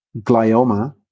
glioma